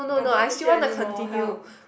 I don't want to hear anymore help